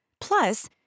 Plus